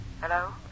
Hello